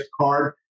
card